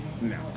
No